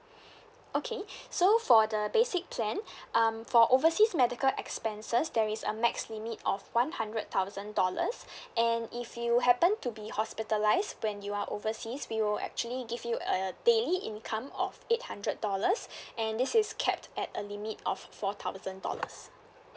okay so for the basic plan um for overseas medical expenses there is a max limit of one hundred thousand dollars and if you happen to be hospitalised when you are overseas we will actually give you a daily income of eight hundred dollars and this is capped at a limit of four thousand dollars